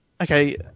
okay